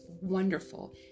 Wonderful